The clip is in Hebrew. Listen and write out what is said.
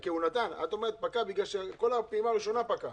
את אומרת "פקע" כי כל הפעימה הראשונה פקעה.